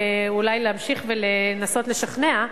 אולי להמשיך לנסות לשכנע.